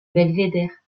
belvédère